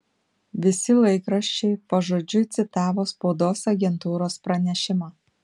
visi laikraščiai pažodžiui citavo spaudos agentūros pranešimą